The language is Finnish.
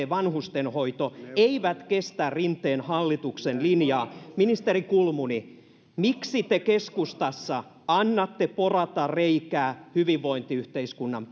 vanhustenhoito eivät kestä rinteen hallituksen linjaa ministeri kulmuni miksi te keskustassa annatte porata reikää hyvinvointiyhteiskunnan